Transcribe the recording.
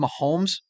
Mahomes